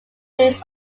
fruits